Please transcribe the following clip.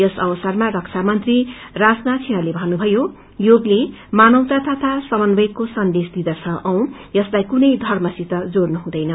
यस अवसरमा रक्षामंत्री राजनारी सिंहले धन्नुभयो योगले मानवता तथा समन्वयको संदेश दिदँछ औ यसलाइ कुनै वर्मसित जोड़न हुँदैन